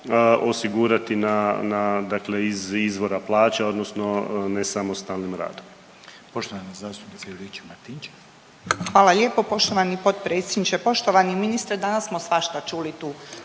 iz izvora plaće odnosno nesamostalnim radom.